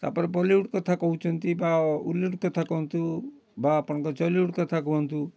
ତା'ପରେ ବଲିଉଡ଼୍ କଥା କହୁଛନ୍ତି ବା ଓଲିଉଡ଼୍ କଥା କୁହନ୍ତୁ ବା ଆପଣଙ୍କର ଜଲିଉଡ଼୍ କଥା କୁହନ୍ତୁ